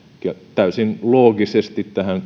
täysin loogisesti tähän